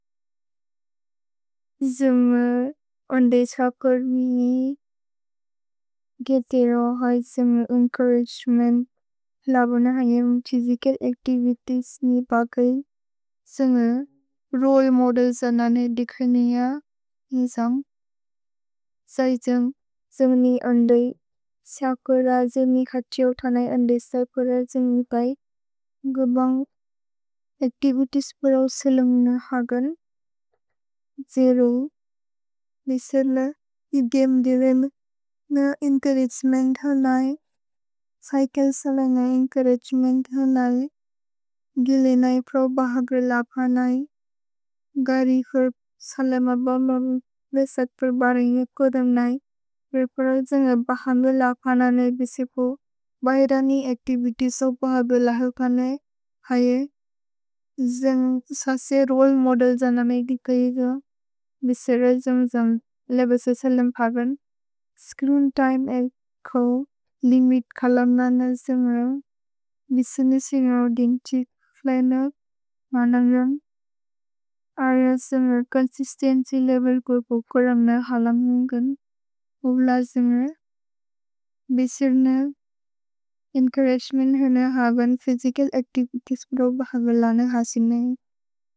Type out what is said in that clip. जेमे अन्देसकर् मि गे तेरो है जेमे एन्चोउरगेमेन्त् लबो न हैएम् फ्य्सिचल् अच्तिवितिएस् नि बगय्। जेमे रोले मोदेल् जनने दिखेनिअ इसन्ग्। सैजन्ग् जेमे नि अन्दय् सकर जेमे खतिओ थनय् अन्देसकर जेमे कै। गबन्ग् अच्तिवितिएस् प्रओ सेलम् न हगन्। जेरो। दिसेल इदेअम् दिरेम् न एन्चोउरगेमेन्त् हनय्। सैकल् सल न एन्चोउरगेमेन्त् हनय्। गिले नै प्रओ बहग्र लभनय्। गरि हर्प् सल म बबम् वेसत् प्रओ बरय् नेकोदम् नै। प्रपर जेमे बहग्र लभननय् बेसेपो बैरनि अच्तिवितिएसो बहग्र लभनय्। हैए। जेमे ससे रोले मोदेल् जनने दिखेनिअ इसन्ग्। भेसेर जेमे जन् लबस सेलम् हगन्। स्च्रीन् तिमे एको लिमित् खलम् ननय् जेमे। भेसेने सिन्ग ओदिन् छिथ् लन मनय् रन्। अरिअन् जेमे चोन्सिस्तेन्च्य् लेवेल् कोर्को कोरम् न खलम् हुन्गन्। उल जेमे बेसेने एन्चोउरगेमेन्त् हनय् हगन् फ्य्सिचल् अच्तिवितिएस् प्रओ बहग्र लभनय् हसिनय्।